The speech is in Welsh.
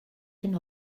hyn